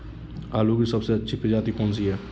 आलू की सबसे अच्छी प्रजाति कौन सी है?